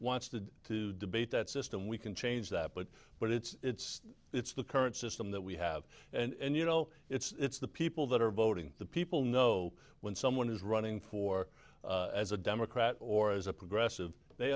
wants to to debate that system we can change that but but it's it's the current system that we have and you know it's the people that are voting the people know when someone is running for as a democrat or as a progressive they